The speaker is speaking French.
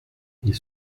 ils